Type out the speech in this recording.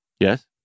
Yes